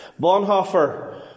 Bonhoeffer